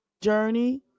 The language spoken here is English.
Journey